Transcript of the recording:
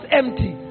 empty